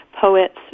poets